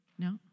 No